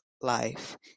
Life